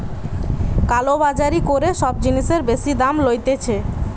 কালো বাজারি করে সব জিনিসের বেশি দাম লইতেছে